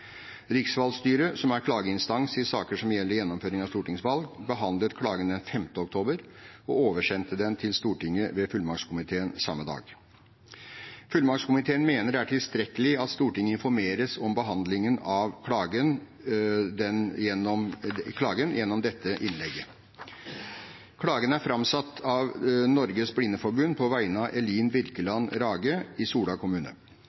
Riksvalgstyret, som er klageinstans i saker som gjelder gjennomføring av stortingsvalg, behandlet klagen den 5. oktober og oversendte den til Stortinget ved fullmaktskomiteen samme dag. Fullmaktskomiteen mener det er tilstrekkelig at Stortinget informeres om behandlingen av klagen gjennom dette innlegget. Klagen er framsatt av Norges Blindeforbund på vegne av Elin Birkeland Rage, Sola kommune.